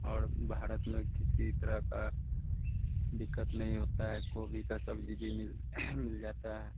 और भारत में किसी तरह की दिक़्क़त नहीं होती है गोभी की सब्ज़ी भी मिल जाती है